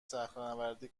صخرهنوردی